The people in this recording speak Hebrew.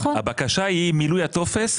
הבקשה היא מילוי הטופס,